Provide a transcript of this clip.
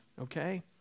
okay